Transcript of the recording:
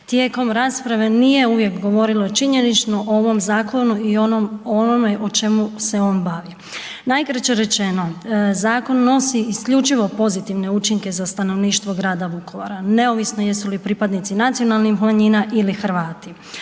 tijekom rasprave nije uvijek govorilo činjenično o ovome zakonu i onome o čemu se on bavi. Najkraće rečeno, zakon nosi isključivo pozitivne učinke za stanovništvo Grada Vukovara neovisno jesu li pripadnici nacionalnih manjina ili Hrvati.